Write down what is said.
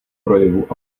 projevu